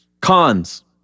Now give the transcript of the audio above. Cons